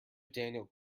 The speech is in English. daniel